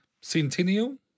Centennial